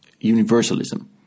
universalism